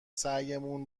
سعیمون